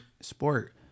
sport